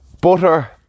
Butter